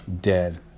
dead